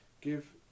give